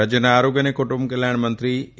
રાજયના આરોગ્ય અને કુટુંબ કલ્યાણ મંત્રી એ